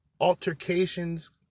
altercations